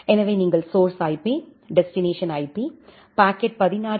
எனவே நீங்கள் source IP destination IP packet 16